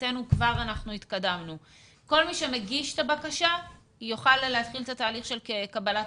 כרגע אנחנו רוצים להבין האם השלטון המקומי יכול לקחת אחריות